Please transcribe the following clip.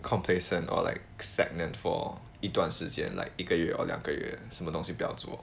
complacent or like stagnant for 一段时间 like 一个月 or 两个月什么东西不要做